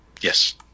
Yes